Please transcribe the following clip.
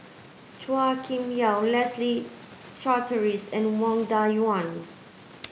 Chua Kim Yeow Leslie Charteris and Wang Dayuan